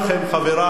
חברי,